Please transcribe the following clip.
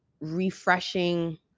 refreshing